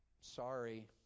sorry